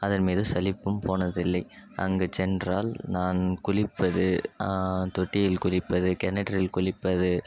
அதன் மீது சலிப்பும் போனதில்லை அங்கு சென்றால் நான் குளிப்பது தொட்டியில் குளிப்பது கிணற்றில் குளிப்பது